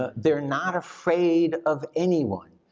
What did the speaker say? ah they're not afraid of anyone.